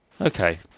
Okay